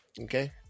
Okay